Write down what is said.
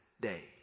day